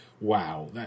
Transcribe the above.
wow